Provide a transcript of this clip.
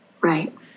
Right